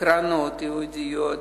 קרנות ייעודיות,